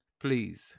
Please